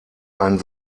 ein